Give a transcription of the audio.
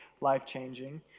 life-changing